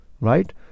right